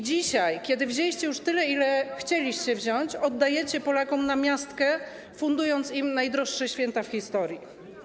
Dzisiaj, kiedy wzięliście już tyle, ile chcieliście wziąć, oddajecie Polakom namiastkę, fundując im najdroższe święta w historii.